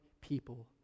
people